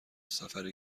سفر